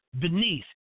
beneath